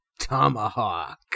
Tomahawk